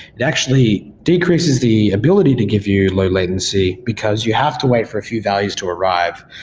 it actually decreases the ability to give you low-latency because you have to wait for a few values to arrive.